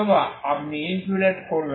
অথবা আপনি ইন্সুলেট করবেন x0 এ